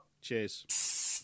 Cheers